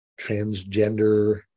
transgender